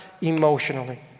emotionally